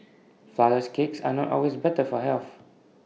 Flourless Cakes are not always better for health